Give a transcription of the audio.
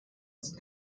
ist